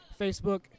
Facebook